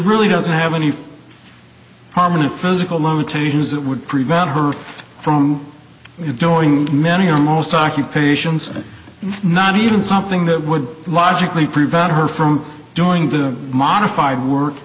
really doesn't have any harm in a physical limitations that would prevent her from doing many almost occupations not even something that would logically prevent her from doing the modified work